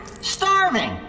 starving